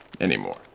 anymore